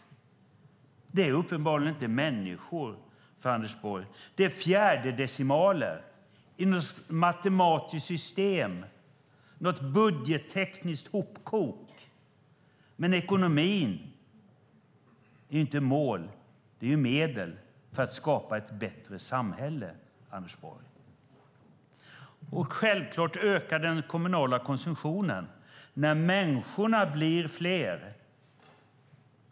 Det är uppenbarligen inte människor för Anders Borg. Det är fjärdedecimaler i något matematiskt system, något budgettekniskt hopkok. Men ekonomi är inte mål. Det är medel för att skapa ett bättre samhälle, Anders Borg. Självklart ökar den kommunala konsumtionen när människorna blir fler.